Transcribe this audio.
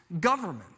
government